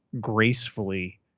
gracefully